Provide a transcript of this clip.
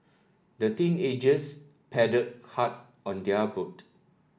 the teenagers paddled hard on their boat